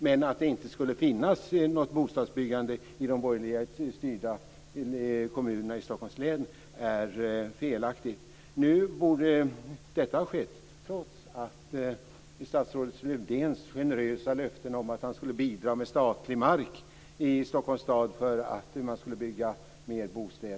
Men att det inte skulle finnas något bostadsbyggande i de borgerligt styrda kommunerna i Stockholms län är felaktigt. Detta har skett trots att statsrådet Lövdéns generösa löften om att han skulle bidra med statlig mark i Stockholms stad för att bygga fler bostäder inte har infriats.